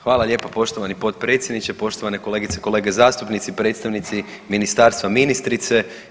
Hvala lijepa poštovani potpredsjedniče, poštovane kolegice i kolege zastupnici, predstavnici ministarstva, ministrice.